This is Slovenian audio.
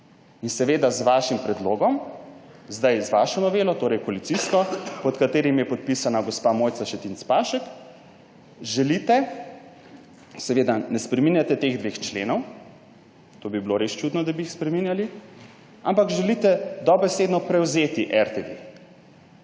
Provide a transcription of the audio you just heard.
In seveda z vašim predlogom, zdaj z vašo novelo, torej koalicijsko, pod katerim je podpisana gospa Mojca Šetinc Pašek, želite, seveda ne spreminjate teh dveh členov, to bi bilo res čudno, da bi jih spreminjali, ampak želite dobesedno prevzeti RTV,